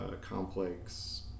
complex